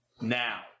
now